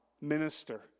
minister